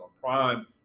Prime